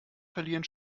verlieren